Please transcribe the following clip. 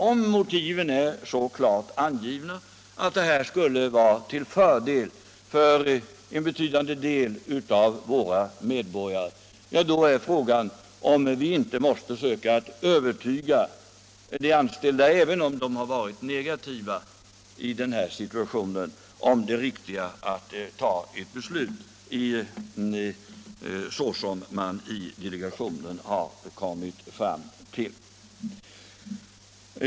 Om motiven klart visar att en samordning skulle vara till fördel för en betydande del av våra medborgare är frågan om man inte måste söka övertyga de anställda om det riktiga i att besluta som delegationen föreslår även om de är negativa till det.